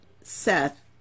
Seth